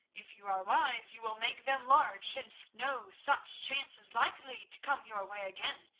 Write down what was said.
if you are wise you will make them large, since no such chance is likely to come your way again,